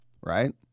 right